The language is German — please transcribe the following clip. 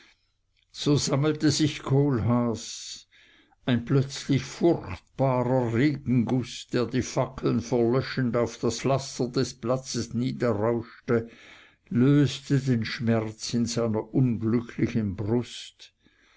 so sammelte sich kohlhaas ein plötzlich furchtbarer regenguß der die fackeln verlöschend auf das pflaster des platzes niederrauschte löste den schmerz in seiner unglücklichen brust